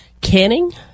canning